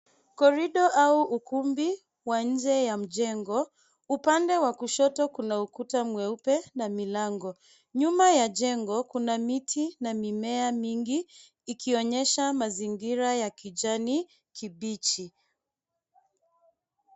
Corridor au ukumbi wa nje wa mjengo. Upande wa kushoto kuna ukuta mweupe na milango. Nyuma ya jengo, kuna miti na mimea mingi, ikionyesha mazingira ya kijani kibichi.